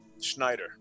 Schneider